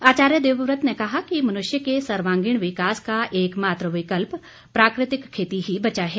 आचार्य देवव्रत ने कहा कि मनुष्य के सर्वांगीण विकास का एकमात्र विकल्प प्राकृतिक खेती ही बचा है